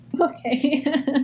Okay